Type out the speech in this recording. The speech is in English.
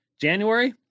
January